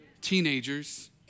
Teenagers